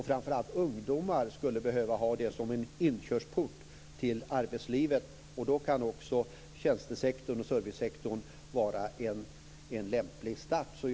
Framför allt ungdomar skulle behöva detta som en inkörsport till arbetslivet. Tjänste och servicesektorn skulle kunna vara en lämplig start.